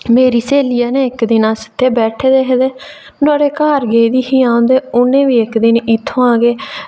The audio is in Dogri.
मेरी स्हेली ऐ ना इक ते इक दिन अस इ'यां बैठे दे हे ते नुहाड़े घर गेदी ही अ'ऊं ते उ'न्नै बी इक दिन इत्थुआं गै